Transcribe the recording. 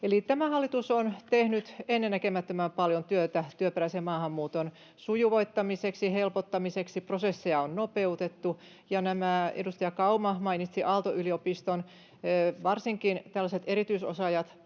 tämä hallitus on tehnyt ennennäkemättömän paljon työtä työperäisen maahanmuuton sujuvoittamiseksi, helpottamiseksi. Prosesseja on nopeutettu. Edustaja Kauma mainitsi Aalto-yliopiston. Varsinkin erityisosaajilla